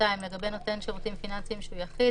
לגבי נותן שירותים פיננסיים שהוא יחיד,